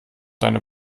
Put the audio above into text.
deine